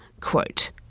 Quote